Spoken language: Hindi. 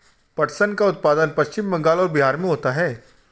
पटसन का उत्पादन पश्चिम बंगाल और बिहार में होता है